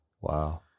Wow